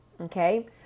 Okay